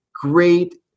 great